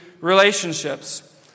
relationships